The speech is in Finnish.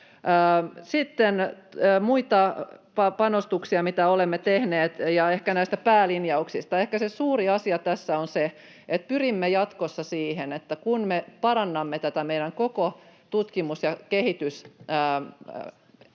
Sitten muita panostuksia, mitä olemme tehneet, ja näistä päälinjauksista: Ehkä se suuri asia tässä on se, että pyrimme jatkossa siihen, että kun me parannamme tätä meidän koko tutkimus- ja